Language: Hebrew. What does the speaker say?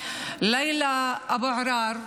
לילה אבו עראר,